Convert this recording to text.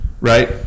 right